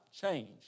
Change